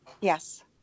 Yes